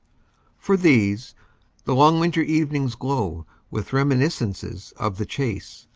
for these the long winter evenings glow with reminis cences of the chase,